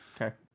Okay